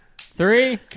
Three